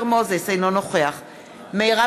אינה נוכחת מנחם אליעזר מוזס,